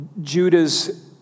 Judah's